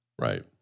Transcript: Right